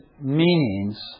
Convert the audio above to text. meanings